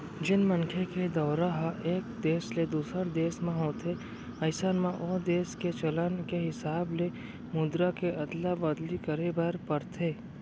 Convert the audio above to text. जेन मनखे के दौरा ह एक देस ले दूसर देस म होथे अइसन म ओ देस के चलन के हिसाब ले मुद्रा के अदला बदली करे बर परथे